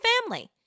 family